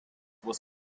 was